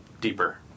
deeper